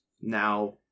now